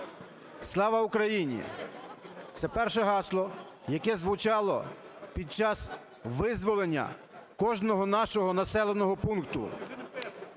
"Слава Україні" – це перше гасло, яке звучало під час визволення кожного нашого населеного пункту.